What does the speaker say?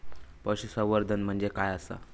पशुसंवर्धन म्हणजे काय आसा?